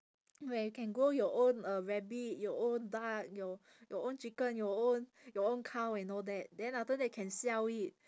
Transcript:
where you can grow your own uh rabbit your own duck your your own chicken your own your own cow and all that then after that can sell it